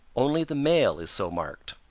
only the male is so marked.